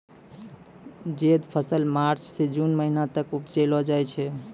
जैद फसल मार्च सें जून महीना तक उपजैलो जाय छै